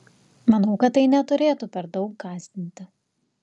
manau kad tai neturėtų per daug gąsdinti